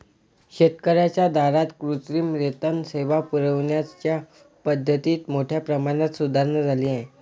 शेतकर्यांच्या दारात कृत्रिम रेतन सेवा पुरविण्याच्या पद्धतीत मोठ्या प्रमाणात सुधारणा झाली आहे